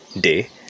day